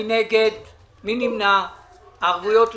ממונה ערבויות מדינה,